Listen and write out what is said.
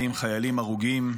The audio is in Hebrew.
הרוגים,